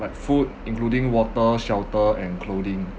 like food including water shelter and clothing